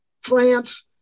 France